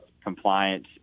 compliance